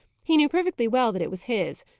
he knew perfectly well that it was his,